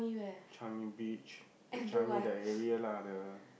Changi-Beach the Changi that area lah the